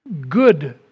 good